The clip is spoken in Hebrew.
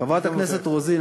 חברת הכנסת רוזין,